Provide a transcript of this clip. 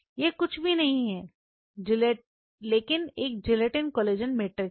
यह कुछ भी नहीं है लेकिन एक जटिल कोलेजन मैट्रिक्स है